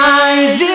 eyes